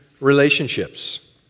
relationships